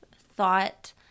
thought